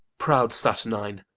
proud saturnine,